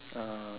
oh